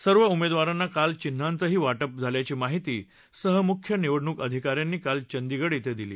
सर्व उमेदवारांना काल चिन्हांचही वापि झाल्याची माहिती सहमुख्य निवडणूक अधिकाऱ्यांनी काल चंदिगढ खं दिली